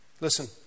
Listen